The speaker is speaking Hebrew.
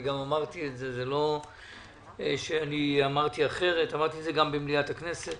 גם אמרתי את זה, גם במליאת הכנסת